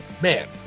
man